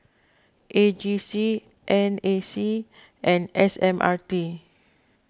A G C N A C and S M R T